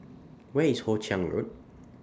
Where IS Hoe Chiang Road